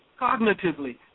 cognitively